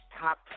top